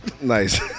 Nice